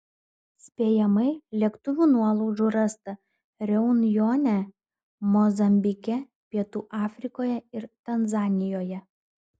spėjamai lėktuvų nuolaužų rasta reunjone mozambike pietų afrikoje ir tanzanijoje